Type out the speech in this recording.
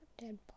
dead